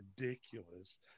ridiculous